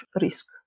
risk